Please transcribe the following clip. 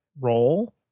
role